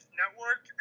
network